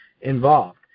involved